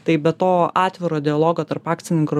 taip be to atviro dialogo tarp akcininkų ir